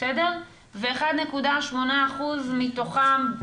1.8% מתוכם,